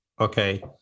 okay